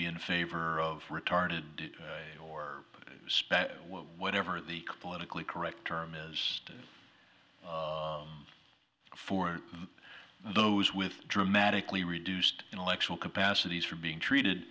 be in favor of retarded or whatever the politically correct term is for those with dramatically reduced intellectual capacities for being treated